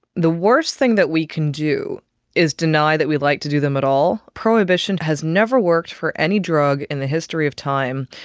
the worst thing that we can do is deny that we like to do them at all. prohibition has never worked for any drug in the history of time.